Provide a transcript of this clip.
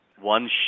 one